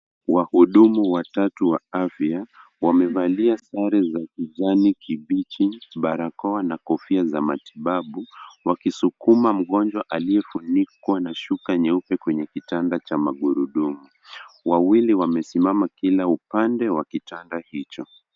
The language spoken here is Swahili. Wahudumu watatu wa afya wamevalia sare za kijani kibichi, barakoa na kofia za matibabu wakisukuma mgonjwa aliyefunikwa na shuka nyeupe kwenye kitanda cha magurudumu. Wawili wamesimama kila upande wa kitanda hicho.